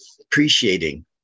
appreciating